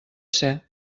ser